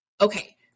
Okay